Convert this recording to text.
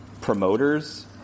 promoters